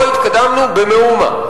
לא התקדמנו במאומה.